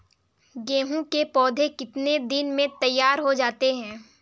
गेहूँ के पौधे कितने दिन में तैयार हो जाते हैं?